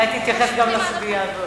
אולי תתייחס גם לסוגיה הזאת?